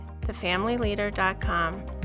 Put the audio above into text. thefamilyleader.com